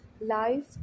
Life